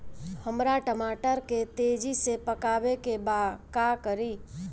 हमरा टमाटर के तेजी से पकावे के बा का करि?